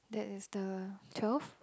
that is the twelve